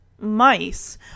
mice